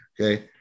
Okay